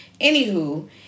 anywho